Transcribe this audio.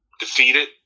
Defeated